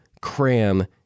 cram